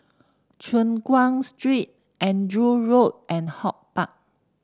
Choon Guan Street Andrew Road and HortPark